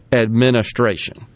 Administration